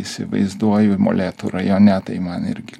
įsivaizduoju molėtų rajone tai man irgi